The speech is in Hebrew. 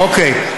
אוקיי.